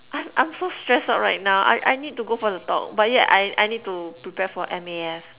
I I'm so stressed out right now I I need to go for the talk but yet I I need to prepare for M_A_F